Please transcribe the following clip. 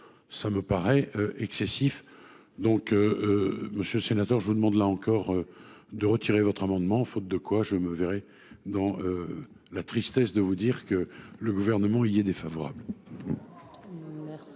ça me paraît excessif, donc Monsieur le sénateur, je vous demande là encore de retirer votre amendement, faute de quoi je me verrai dans la tristesse de vous dire que le gouvernement il est défavorable. Non.